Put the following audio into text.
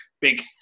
big